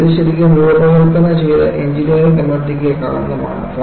ഇത് ശരിക്കും രൂപകൽപ്പന ചെയ്ത എഞ്ചിനീയറിംഗ് കമ്മ്യൂണിറ്റിക്ക് കളങ്കമാണ്